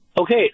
okay